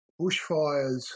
bushfires